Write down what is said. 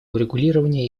урегулирования